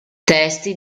testi